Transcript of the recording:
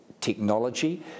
technology